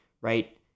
right